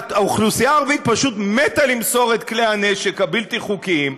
האוכלוסייה הערבית פשוט מתה למסור את כלי הנשק הבלתי-חוקיים,